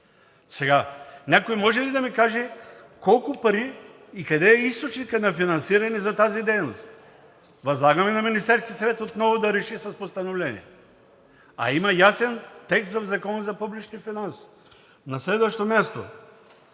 Сега, някой може ли да ми каже колко пари и къде е източникът на финансиране за тази дейност? Възлагаме на Министерския съвет отново да реши с постановление, а има ясен текст в Закона за публичните финанси. На следващо място,